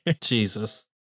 Jesus